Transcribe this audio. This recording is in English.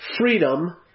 freedom